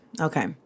Okay